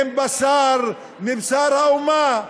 הם בשר מבשר האומה,